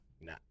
no